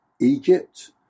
Egypt